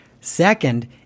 Second